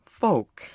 folk